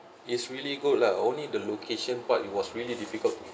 it's really good lah only the location part it was really difficult